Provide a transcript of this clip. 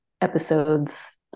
episodes